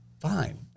fine